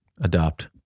adopt